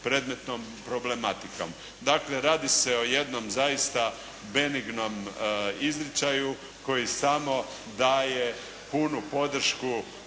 predmetnom problematikom“. Dakle, radi se o jednom zaista benignom izričaju koji samo daje punu podršku